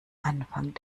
anfang